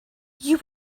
you